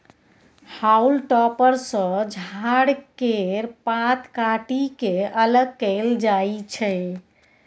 हाउल topper सँ झाड़ केर पात काटि के अलग कएल जाई छै